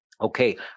Okay